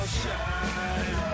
shine